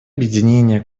объединения